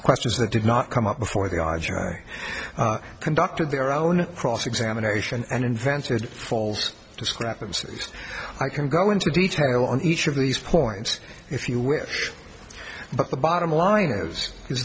questions that did not come up before the odds are i conducted their own cross examination and invented falls discrepancies i can go into detail on each of these points if you wish but the bottom line is